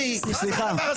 מה זה הדבר?